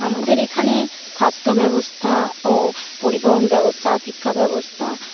আমাদের এখানে স্বাস্থ্য ব্যবস্থা ও পরিবহন ব্যবস্থা শিক্ষা ব্যবস্থা